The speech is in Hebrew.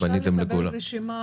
אפשר לקבל רשימה?